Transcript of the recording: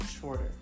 shorter